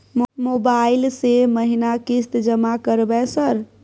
Mobile से महीना किस्त जमा करबै सर?